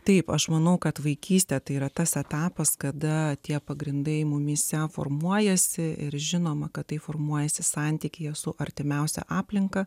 taip aš manau kad vaikystė tai yra tas etapas kada tie pagrindai mumyse formuojasi ir žinoma kad tai formuojasi santykyje su artimiausia aplinka